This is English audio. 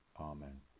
Amen